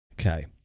okay